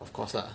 of course lah